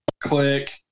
click